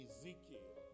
Ezekiel